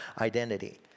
identity